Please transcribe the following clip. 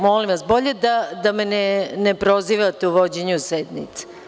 Molim vas, bolje da me ne prozivate u vođenju sednice.